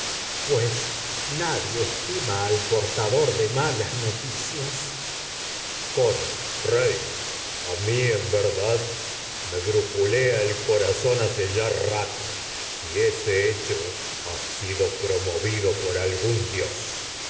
pues nadie estima al portador de malas no coro zón rey a mi en verdad hecho me brujulea el cora hace ya rato si ese ha sido promovido por algiin dios